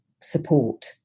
support